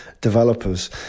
developers